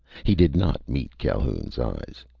he did not meet calhoun's eyes.